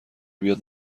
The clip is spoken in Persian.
بیاد